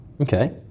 Okay